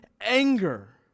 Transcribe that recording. anger